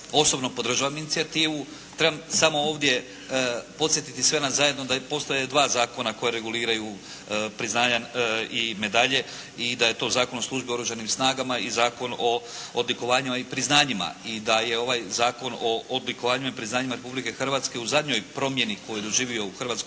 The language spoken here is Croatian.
Osobno podržavam inicijativu. Trebam samo ovdje podsjetiti sve nas zajedno da postoje dva zakona koja reguliraju priznanja i medalje, i da je to Zakon o službi u oružanim snagama i Zakon o odlikovanjima i priznanjima i da je ovaj Zakon o odlikovanjima i priznanjima Republike Hrvatske u zadnjoj promjeni koju je doživio u Hrvatskom